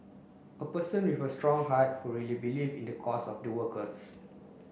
a person with a strong heart who really believe in the cause of the workers